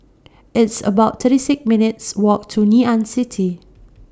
It's about thirty six minutes' Walk to Ngee Ann City